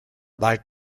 dal